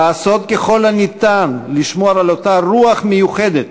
לעשות ככל הניתן לשמור על אותה רוח מיוחדת